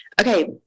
okay